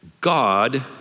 God